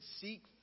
seek